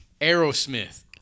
Aerosmith